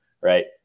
right